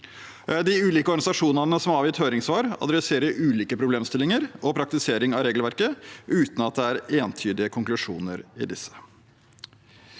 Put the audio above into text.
De ulike organisasjonene som har avgitt høringssvar, tar opp ulike problemstillinger og praktisering av regelverket, uten at det er entydige konklusjoner i disse.